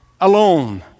alone